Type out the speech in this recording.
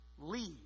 leave